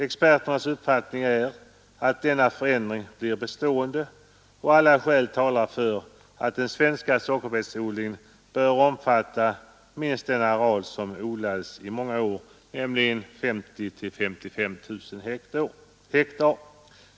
Experternas uppfattning är att denna förändring blir bestående, och alla skäl talar för att den svenska sockerbetsodlingen bör omfatta minst den areal som odlades i många år, nämligen 50 000 å 55 000 hektar.